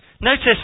Notice